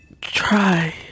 try